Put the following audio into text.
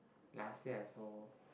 last year I saw